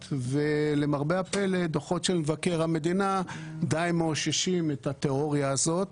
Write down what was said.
ולמרבה הפלא דוחות מבקר המדינה די מאוששים את התיאוריה הזאת